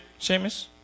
Seamus